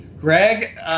Greg